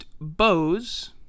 Bose